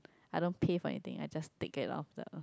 I don't pay for anything I just take it off the